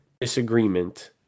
disagreement